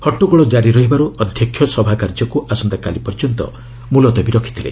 ହଟ୍ଟଗୋଳ କାରି ରହିବାରୁ ଅଧ୍ୟକ୍ଷ ସଭାକାର୍ଯ୍ୟକୁ ଆସନ୍ତାକାଲି ପର୍ଯ୍ୟନ୍ତ ମୁଲତବୀ ରଖିଥିଲେ